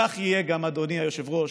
וכך יהיה, אדוני היושב-ראש,